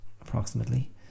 approximately